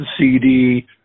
CD